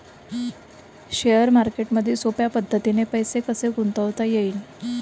Share मार्केटमधी सोप्या पद्धतीने पैसे कसे गुंतवता येईन?